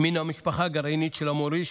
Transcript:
מן המשפחה הגרעינית של המוריש.